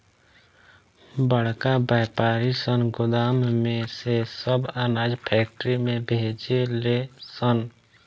बड़का वायपारी सन गोदाम में से सब अनाज फैक्ट्री में भेजे ले सन